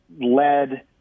led